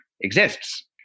exists